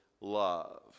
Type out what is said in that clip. love